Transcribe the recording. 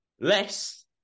less